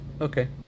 okay